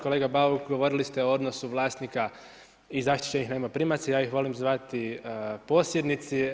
Kolega Bauk, govorili ste o odnosu vlasnika i zaštićenih najmoprimaca, ja ih volim zvati posjednici.